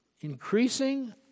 increasing